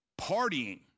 partying